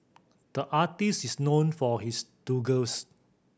the artist is known for his dongles